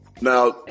Now